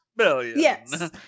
Yes